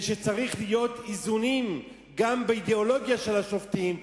שצריך לעשות איזונים גם באידיאולוגיה של השופטים,